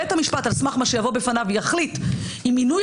בית המשפט על סמך מה שיבוא בפניו יחליט אם עינוי